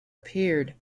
appeared